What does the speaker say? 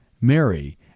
Mary